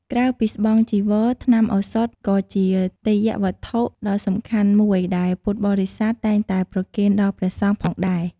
ក្រៅពីស្បង់ ចីវរ ថ្នាំឱសថ ក៏ជាទេយ្យវត្ថុដ៏សំខាន់មួយដែលពុទ្ធបរិស័ទតែងតែប្រគេនដល់ព្រះសង្ឃផងដែរ។